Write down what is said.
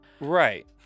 Right